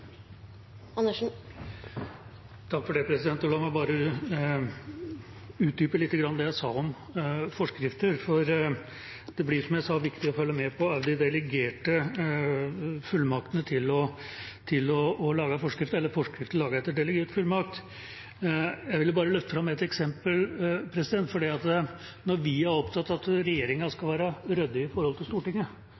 La meg bare utdype lite grann det jeg sa om forskrifter, for det blir, som jeg sa, viktig å følge med på forskrifter laget etter delegert fullmakt. Når vi er opptatt av